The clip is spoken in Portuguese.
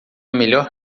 melhor